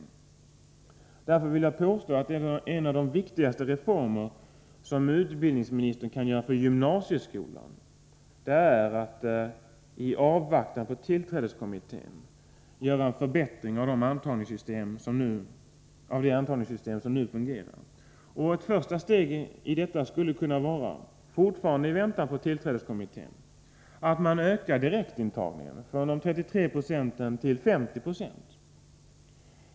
Mot den bakgrunden vill jag påstå att en av de viktigaste reformer som utbildningsministern kan genomföra för gymnasieskolan, i avvaktan på tillträdeskommitténs bedömning, är att åstadkomma en förbättring av dagens antagningssystem. Ett första steg skulle kunna vara — fortfarande i avvaktan på tillträdeskommitténs bedömning — att öka direktintagningen, från de 33 procenten till 50 96.